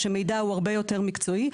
שמידע הוא הרבה יותר מקצועי,